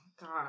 God